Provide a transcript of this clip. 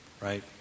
right